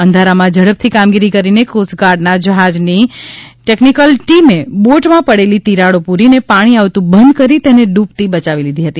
અંધારામાં ઝડપથી કામગીરી કરીને કોસ્ટગાર્ડના જહાજની ટીકનીકલ ટીમે બોટમાં પડેલી તિરાડો પુરીને પાણી આવતું બંધ કરી તેને ડુબતી બયાવી લીધી હતી